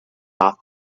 off